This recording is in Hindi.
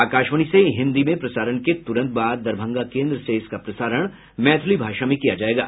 आकाशवाणी से हिन्दी में प्रसारण के तुरंत बाद दरभंगा केन्द्र से इसका प्रसारण मैथिली भाषा में किया जायेगा